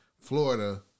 Florida